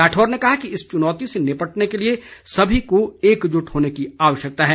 राठौर ने कहा कि इस चुनौती से निपटने के लिए सभी को एकजुट होने की आवश्यकता है